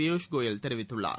பியூஷ் கோயல் தெரிவித்துள்ளார்